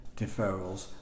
deferrals